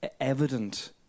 evident